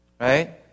Right